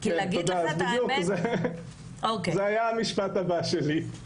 זה היה אמור להיות המשפט הבא שלי.